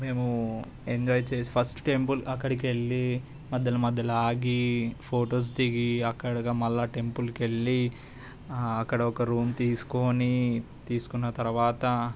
మేము ఎంజాయ్ చేసి first temple అక్కడికి వెళ్లి మధ్యలో మధ్యలో ఆగి ఫొటోస్ దిగి అక్కడగా మళ్ళీ టెంపుల్కి వెళ్లి అక్కడ ఒక రూమ్ తీసుకోని తీసుకున్న తర్వాత